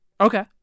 Okay